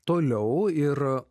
toliau ir